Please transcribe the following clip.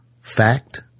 fact